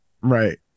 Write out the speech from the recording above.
Right